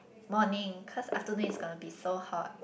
morning cause afternoon is gonna be so hot